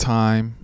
time